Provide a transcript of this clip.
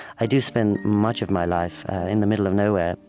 i do spend much of my life in the middle of nowhere,